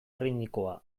erritmikoa